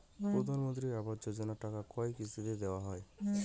প্রধানমন্ত্রী আবাস যোজনার টাকা কয় কিস্তিতে দেওয়া হয়?